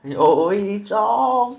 有一种